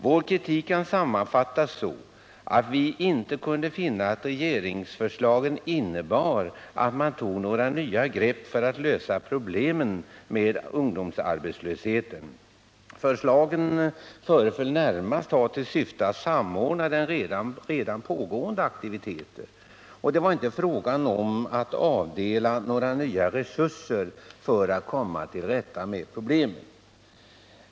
Vår kritik kan sammanfattas så att vi inte kunde finna att regeringsförslagen innebar att man tog några nya grepp för att lösa problemen med ungdomsarbetslösheten. Förslagen föreföll närmast ha till syfte att samordna redan pågående aktiviteter. Det var inte fråga om att avdela några nya resurser för att komma till rätta med problemen.